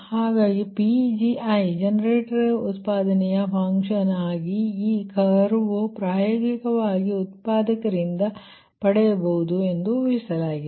ಆದ್ದರಿಂದ Pgi generator ಉತ್ಪಾದನೆಯ function ಆಗಿಈ ಕರ್ವ್ ಪ್ರಾಯೋಗಿಕವಾಗಿ ಉತ್ಪಾದಕರಿಂದ ಪಡೆಯಬಹುದು ಎಂದು ಊಹಿಸಲಾಗಿದೆ